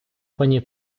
пані